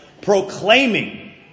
proclaiming